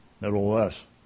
Nevertheless